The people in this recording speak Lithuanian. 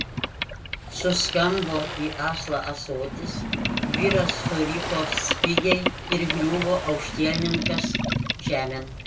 suskambo į aslą ąsotis vyras suriko spigiai ir griuvo aukštielninkas žemėn